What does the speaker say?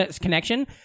connection